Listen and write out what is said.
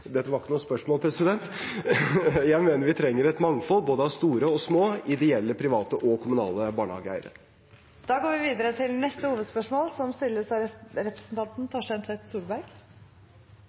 dette var ikke noe spørsmål, president! Jeg mener vi trenger et mangfold, av både store og små ideelle, private og kommunale barnehageeiere. Vi går videre til neste hovedspørsmål.